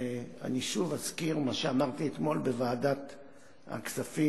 אני שוב אזכיר מה שאמרתי אתמול בוועדת הכספים,